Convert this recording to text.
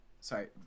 sorry